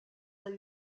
del